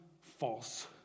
false